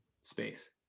space